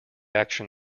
action